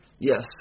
Yes